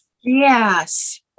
Yes